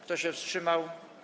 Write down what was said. Kto się wstrzymał?